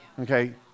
okay